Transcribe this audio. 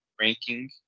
ranking